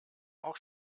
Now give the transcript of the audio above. auch